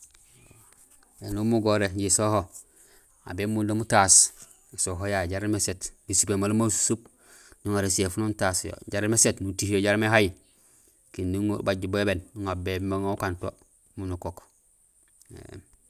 Éni umugoré jisoho, aw bémundum utaas ésoho yayu jaraam éséét, isupéén maal ma susup nuŋar éséfuno nutaas yo jaraam éséét, nutiyo jaraam éhay, kindi nubaaj bubébéén, nuŋa bubébéén babu ukan to miin ukook éém.